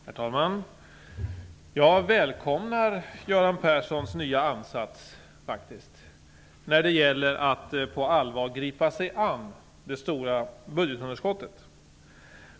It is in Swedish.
Herr talman! Jag välkomnar Göran Perssons nya ansats när det gäller att på allvar gripa sig an det stora budgetunderskottet.